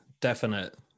definite